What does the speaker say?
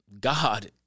God